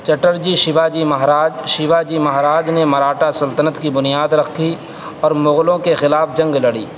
چٹر جی Shivaji Maharaj Shivaji Maharaj نے مراٹھا سلطنت کی بنیاد رکھی اور مغلوں کے خلاف جنگ لڑی